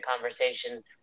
conversation